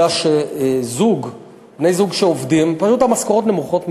אלא שבני-זוג שעובדים, פשוט המשכורות נמוכות מדי.